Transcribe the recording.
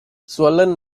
swollen